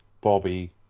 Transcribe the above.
Bobby